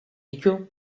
ditu